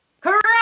Correct